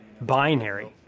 binary